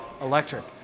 electric